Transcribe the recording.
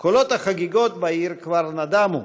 קולות החגיגות בעיר כבר נדמו,